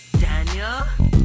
Daniel